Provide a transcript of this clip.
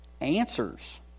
answers